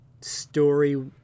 story